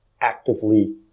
actively